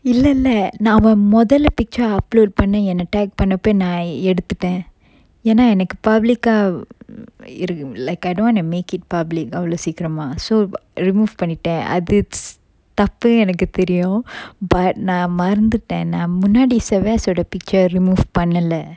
இல்லல்ல நா அவன் மொதல்ல:illalla na avan modalla picture upload பண்ணி என்ன:panni enna tag பண்ணப்போ நா எடுத்துடன் ஏன்னா எனக்கு:pannappo na eduthutan eanna enakku public ah err இருக்கு:irukku like I don't wanna make it public அவ்வளவு சீக்கிரமா:avvalavu seekkirama so I remove பண்ணிடன் அது:pannitan athu it's தப்புன்னு எனக்கு தெரியும்:thappunu enakku theriyum but நா மறந்துடன் நா முன்னாடி:na maranthutan na munnadi sevesh ஓட:oda picture remove பண்ணல:pannala